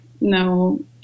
no